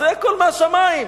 זה הכול מהשמים,